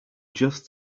just